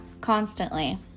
constantly